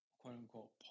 quote-unquote